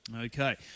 Okay